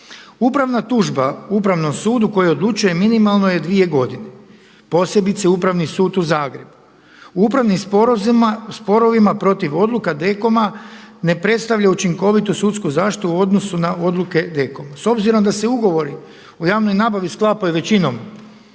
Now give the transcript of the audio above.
Upravna tužba Upravnom sudu koji odlučuje minimalno je dvije godine posebice Upravni sud u Zagrebu. U upravnim sporovima protiv odluka DKOM-a ne predstavlja učinkovitu sudsku zaštitu u odnosu na odluke DKOM-a. S obzirom da se ugovori o javnoj nabavi sklapaju većinom